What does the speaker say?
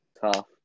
Tough